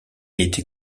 était